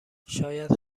شاید